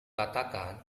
katakan